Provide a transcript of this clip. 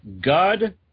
God